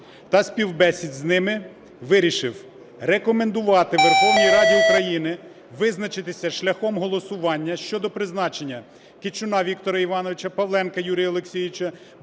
та співбесіди з ними, вирішив: рекомендувати Верховній Раді України визначитися шляхом голосування щодо призначення Кичуна Віктора Івановича, Павленка Юрія Олексійовича,